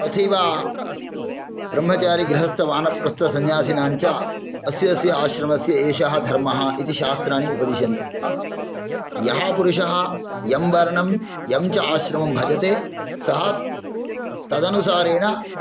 तथैव ब्रह्मचारीगृहस्थवानप्रस्थसन्यासीनाञ्च अस्य अस्य आश्रमस्य एषः धर्मः इति शास्त्राणि उपदिशन्ति यः पुरुषः यं वर्णं यं च आश्रमं भजते सः तदनुसारेण